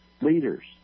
leaders